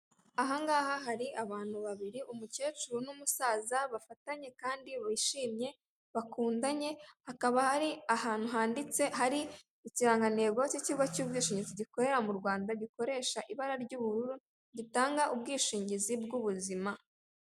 Ahangaha hari abantu babiri umukecuru n'umusaza bafatanye kandi bishimye bakundanye, hakaba hari ahantu handitse hari ikirangantego cy'ikigo cy'ubwishingizi gikorera mu Rwanda gikoresha ibara ry'ubururu, gitanga ubwishingizi bw'ubuzima.